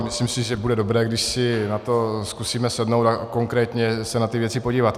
Myslím si, že bude dobré, když si na to zkusíme sednout a konkrétně se na ty věci podívat.